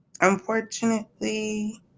Unfortunately